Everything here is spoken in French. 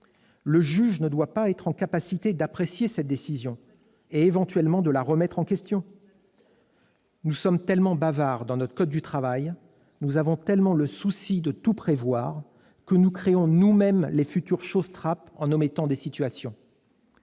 Le juge ne doit pas avoir la faculté d'apprécier cette décision et, éventuellement, de la remettre en question. Mais bien sûr ... Nous sommes tellement bavards en élaborant le code du travail, nous avons tellement le souci de tout prévoir que nous créons nous-mêmes les futures chausse-trappes en omettant des situations.